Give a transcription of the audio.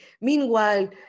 Meanwhile